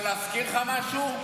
אבל להזכיר לך משהו?